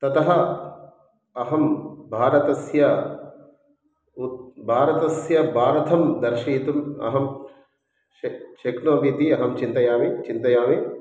ततः अहं भारतस्य उत भारतस्य भारतं दर्शयितुम् अहं शक्यं शक्नोमीति अहं चिन्तयामि चिन्तयामि